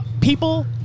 People